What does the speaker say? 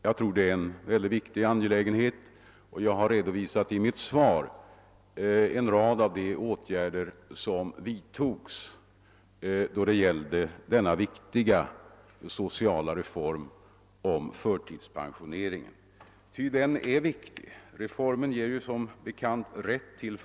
Jag tror att det är en mycket angelägen uppgift, och jag har i mitt svar redovisat en rad av de åtgärder som vidtogs för att introducera denna viktiga sociala reform om förtidspensionering. Den är viktig — reformen ger som bekant rätt till.